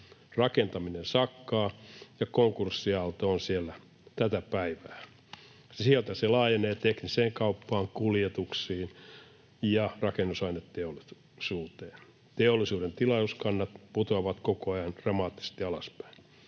Rakentaminen sakkaa, ja konkurssiaalto on siellä tätä päivää. Sieltä se laajenee tekniseen kauppaan, kuljetuksiin ja rakennusaineteollisuuteen. Teollisuuden tilauskannat putoavat koko ajan dramaattisesti alaspäin.